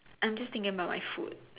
I'm just thinking about my food